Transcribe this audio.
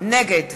נגד